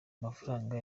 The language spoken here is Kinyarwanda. mafaranga